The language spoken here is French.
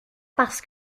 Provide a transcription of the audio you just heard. parce